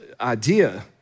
idea